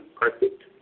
perfect